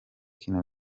kina